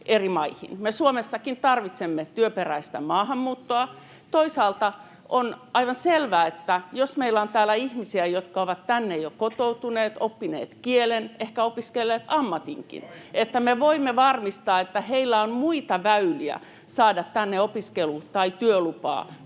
Me Suomessakin tarvitsemme työperäistä maahanmuuttoa. Toisaalta on aivan selvää, että jos meillä on täällä ihmisiä, jotka ovat tänne jo kotoutuneet, oppineet kielen ja ehkä opiskelleet ammatinkin, niin me voimme varmistaa, että heillä on muita väyliä saada tänne opiskelu‑ tai työlupaa